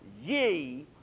ye